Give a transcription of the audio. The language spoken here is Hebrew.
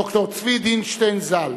ד"ר צבי דינשטיין ז"ל,